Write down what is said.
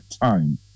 time